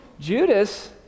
Judas